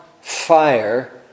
fire